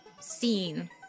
scene